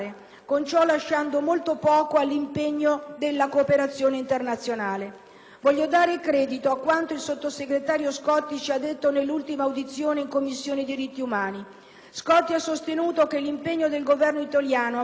Voglio dare credito a quanto il sottosegretario Scotti ci ha detto nell'ultima audizione in Commissione diritti umani. Scotti ha sostenuto che l'impegno del Governo italiano a favore dei diritti umani è una componente trasversale della nostra azione internazionale;